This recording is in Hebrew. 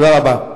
תודה רבה.